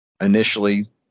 initially